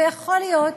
ויכול להיות,